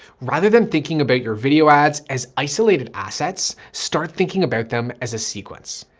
rather than thinking about your video ads as isolated assets, start thinking about them as a sequence.